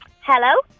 Hello